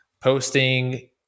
posting